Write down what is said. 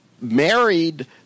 married